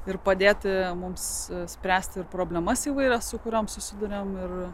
ir padėti mums spręsti ir problemas įvairias su kuriom susiduriam ir